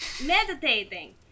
Meditating